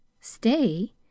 Stay